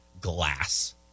glass